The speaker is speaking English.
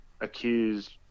accused